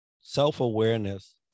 self-awareness